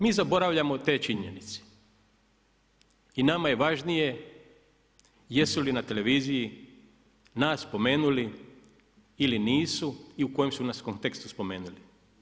Mi zaboravljamo te činjenice i nama je važnije jesu li na televiziji nas spomenuli ili nisu i u kojem su nas kontekstu spomenuli.